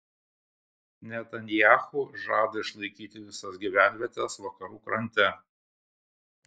netanyahu žada išlaikyti visas gyvenvietes vakarų krante